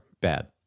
bad